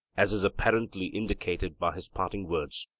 as is apparently indicated by his parting words.